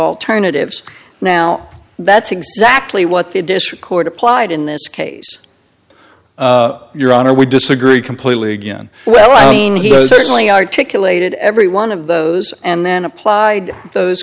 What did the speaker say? alternatives now that's exactly what the district court applied in this case your honor we disagree completely again well he says certainly articulated every one of those and then applied those